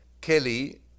Kelly